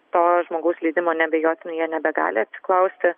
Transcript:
to žmogaus leidimo neabejotinai jie nebegali atsiklausti